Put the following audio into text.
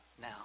now